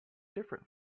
different